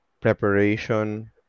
preparation